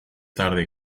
tarde